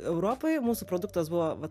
europoj mūsų produktas buvo vat